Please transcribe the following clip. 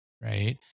right